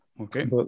Okay